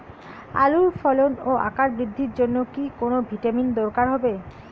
আলুর ফলন ও আকার বৃদ্ধির জন্য কি কোনো ভিটামিন দরকার হবে?